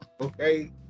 Okay